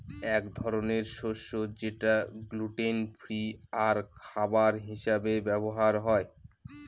এক ধরনের শস্য যেটা গ্লুটেন ফ্রি আর খাবার হিসাবে ব্যবহার হয়